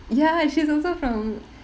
ya she's also from